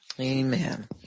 Amen